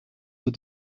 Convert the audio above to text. eaux